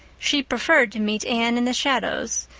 she preferred to meet anne in the shadows,